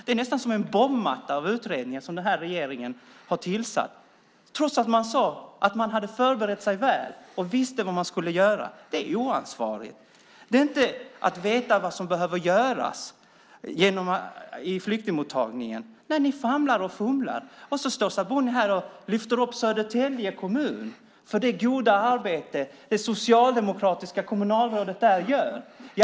Det är nästan som en bombmatta av utredningar som den här regeringen har tillsatt trots att man sade att man hade förberett sig väl och visste vad man skulle göra. Det är oansvarigt. Det är inte att veta vad som behöver göras i flyktingmottagningen. Ni famlar och fumlar. Nu står Sabuni här och lyfter fram Södertälje kommun för det goda arbete som det socialdemokratiska kommunalrådet där gör.